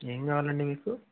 ఏం కావాలి అండి మీకు